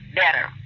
better